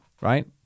right